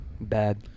Bad